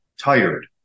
tired